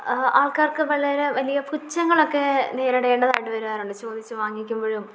ആൾക്കാർക്ക് വളരെ വലിയ പുച്ഛങ്ങളൊക്കെ നേരിടേണ്ടതായിട്ട് വരാറുണ്ട് ചോദിച്ച് വാങ്ങിക്കുമ്പോഴും